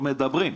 לא מדברים.